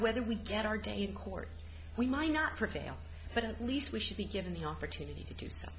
whether we get our dana court we might not prevail but at least we should be given the opportunity to do so